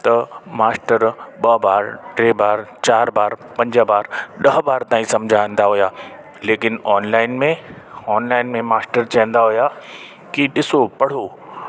त मास्टर ॿ ॿार टे ॿार चारि ॿार पंज ॿार ॾह ॿार ताईं सम्झाईंदा हुआ लेकिन ऑनलाइन में ऑनलाइन में मास्टर चवंदा हुआ की ॾिसो पढ़ो